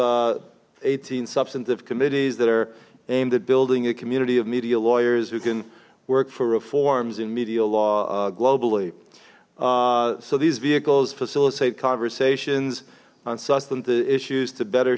eighteen substantive committees that are aimed at building a community of media lawyers who can work for reforms in media law globally so these vehicles facilitate conversations on sustance issues to better